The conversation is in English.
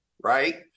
right